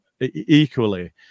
equally